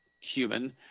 human